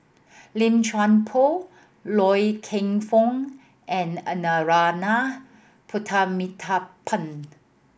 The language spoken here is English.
Lim Chuan Poh Loy Keng Foo and a Narana Putumaippittan